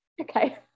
Okay